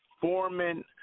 foreman